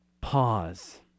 pause